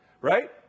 Right